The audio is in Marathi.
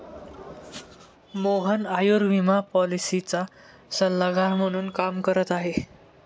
मोहन आयुर्विमा पॉलिसीचा सल्लागार म्हणून काम करत आहे